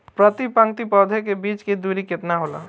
प्रति पंक्ति पौधे के बीच की दूरी केतना होला?